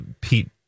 pete